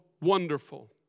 Wonderful